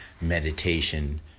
meditation